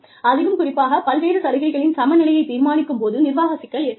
அதிலும் குறிப்பாக பல்வேறு சலுகைகளின் சமநிலையைத் தீர்மானிக்கும் போது நிர்வாக சிக்கல் ஏற்படுகிறது